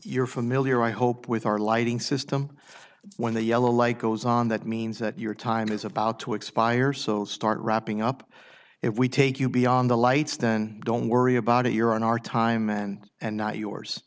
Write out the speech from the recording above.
you're familiar i hope with our lighting system when the yellow like goes on that means that your time is about to expire so start wrapping up if we take you beyond the lights then don't worry about it you're on our time and and not yours